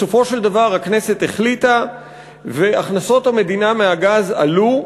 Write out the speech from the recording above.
בסופו של דבר הכנסת החליטה והכנסות המדינה מהגז עלו.